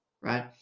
Right